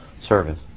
service